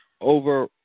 over